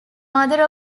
mother